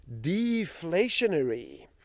deflationary